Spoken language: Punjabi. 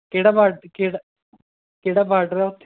ਕਿਹੜਾ ਬਾਰ ਕਿਹੜਾ ਕਿਹੜਾ ਬਾਰਡਰ ਆ ਓੱਥੇ